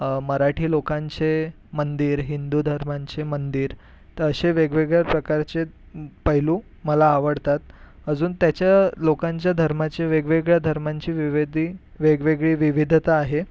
मराठी लोकांचे मंदिर हिंदू धर्मांचे मंदिर तर असे वेगवेगळ्या प्रकारचे पैलू मला आवडतात अजून त्याच्या लोकांच्या धर्माचे वेगवेगळ्या धर्मांचे विविध वेगवेगळी विविधता आहे